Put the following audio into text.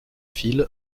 file